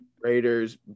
Raiders